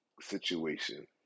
situation